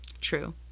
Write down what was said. True